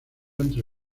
entre